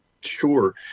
Sure